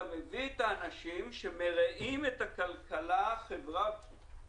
אתה מביא את האנשים שמרעים את הכלכלה בבסיס.